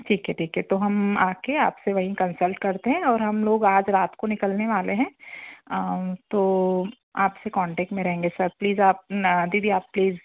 ठीक है ठीक है तो हम आकर आप से वहीं कन्सल्ट करते हैं और हम लोग आज रात को निकलने वाले हैं तो आप से कॉन्टेक्ट में रहेंगे सर प्लीज़ आप ना दीदी आप प्लीज़